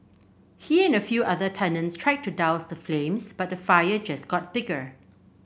he and a few other tenants tried to douse the flames but the fire just got bigger